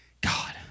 God